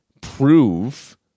prove